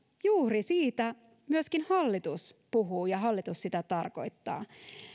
juuri siitä myöskin hallitus puhuu ja hallitus sitä tarkoittaa